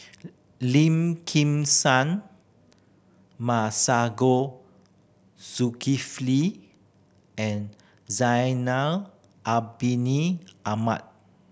Lim Kim San Zulkifli and Zainal Ahmad